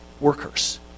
workers